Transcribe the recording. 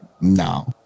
No